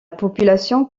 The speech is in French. population